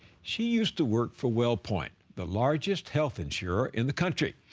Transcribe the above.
she used to work for wellpoint, the largest health insurer in the country.